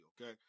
okay